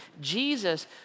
Jesus